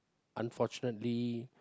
unfortunately